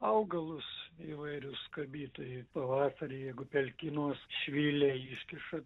augalus įvairius skabyt tai pavasarį jeigu pelkynuos švyliai iškiša